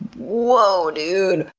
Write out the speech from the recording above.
woah, dude?